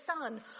son